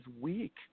weak